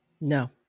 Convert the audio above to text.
No